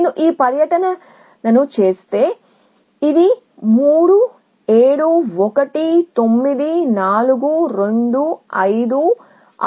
కాబట్టి నేను ఈ పర్యటనను చూస్తే ఇది 3 7 1 9 4 2 5 6 8